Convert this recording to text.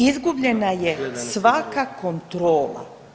Izgubljena je svaka kontrola.